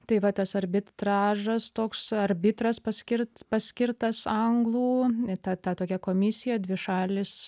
tai va tas arbitražas toks arbitras paskirt paskirtas anglų ta ta tokia komisija dvi šalys